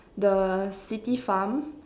the city farm